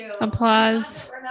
Applause